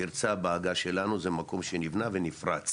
פרצה בעגה שלנו זה מקום שנבנה ונפרץ